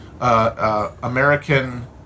American